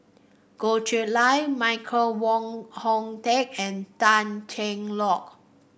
Goh Chiew Lye Michael Wong Hong Teng and Tan Cheng Lock